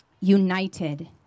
united